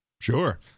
Sure